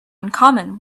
uncommon